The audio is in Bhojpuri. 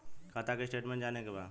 खाता के स्टेटमेंट जाने के बा?